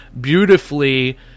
beautifully